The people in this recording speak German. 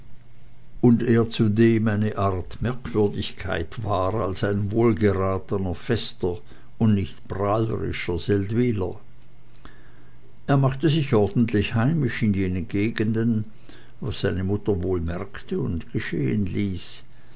und er zudem eine art merkwürdigkeit war als ein wohlgeratener fester und nicht prahlerischer seldwyler er machte sich ordentlich heimisch in jenen gegenden was seine mutter wohl merkte und geschehen ließ